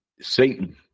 Satan